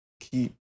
keep